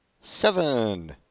Seven